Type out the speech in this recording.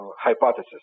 hypothesis